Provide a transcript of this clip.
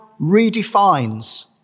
redefines